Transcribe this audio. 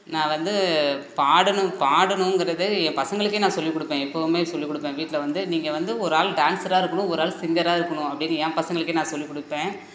நான் வந்து பாடணும் பாடணுங்குறதை ஏன் பசங்களுக்கே நான் சொல்லிக்கொடுப்பேன் எப்போவுமே சொல்லி கொடுப்பேன் வீட்டில் வந்து நீங்கள் வந்து ஒரு ஆள் டான்ஸராக இருக்கணும் ஒரு ஆள் சிங்கராக இருக்கணும் அப்படின்னு என் பசங்களுக்கே நான் சொல்லிக்கொடுப்பேன்